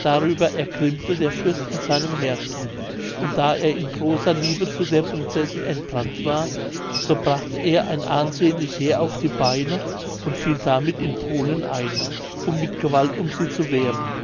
darüber ergrimmte der fürst in seinem herzen und da er in großer liebe zu der prinzessin entbrannt war so brachte er ein ansehnlich heer auf die beine und fiel damit in polen ein um mit gewalt um sie zu werben